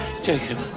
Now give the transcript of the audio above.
Jacob